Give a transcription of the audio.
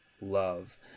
love